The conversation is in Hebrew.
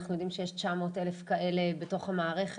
אנחנו יודעים שיש 900 אלף כאלה בתוך המערכת.